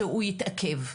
שהוא יתעכב.